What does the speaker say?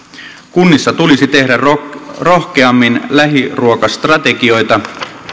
kunnissa tulisi tehdä rohkeammin lähiruokastrategioita